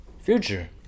Future